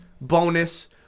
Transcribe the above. bonus